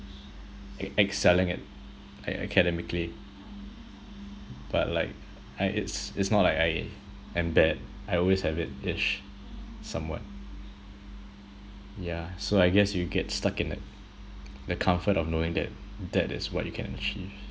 e~ excelling at a~ academically but like I it's it's not like I am bad I always have it ish somewhat yeah so I guess you get stuck in the the comfort of knowing that that is what you can achieve